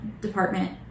department